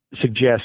suggest